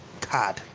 card